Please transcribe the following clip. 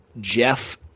Jeff